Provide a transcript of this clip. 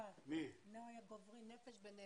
החודשיים האלה ונצטרך להתכנס שוב ולעשות איזושהי הערכת מצב